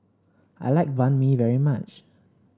I like Banh Mi very much